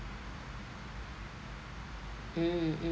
mm mm